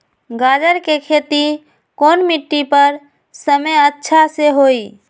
गाजर के खेती कौन मिट्टी पर समय अच्छा से होई?